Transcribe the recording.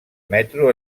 metro